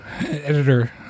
editor